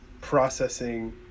processing